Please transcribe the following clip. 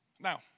Now